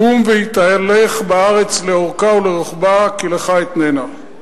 קום התהלך בארץ לאורכה ולרוחבה כי לך אתננה.